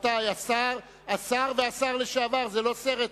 השר והשר לשעבר, זה לא סרט פה.